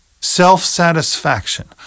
Self-satisfaction